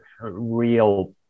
real